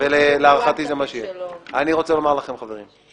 אני רוצה לומר לכם, חברים,